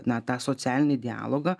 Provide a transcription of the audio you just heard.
na tą socialinį dialogą